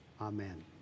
Amen